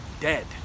dead